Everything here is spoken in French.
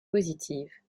positives